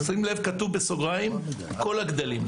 כתוב בסוגריים שזה מתייחס לכל הגדלים,